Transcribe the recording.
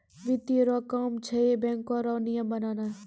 वित्त रो काम छै बैको रो नियम बनाना